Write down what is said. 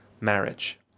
marriage